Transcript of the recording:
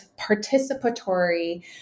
participatory